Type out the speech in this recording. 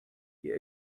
you